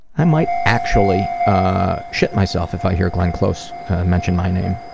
i might actually ah shit myself if i hear glenn close mention my name.